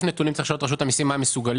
נתונים צריך לשאול את רשות המיסים מה הם מסוגלים.